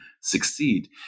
succeed